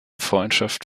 freundschaft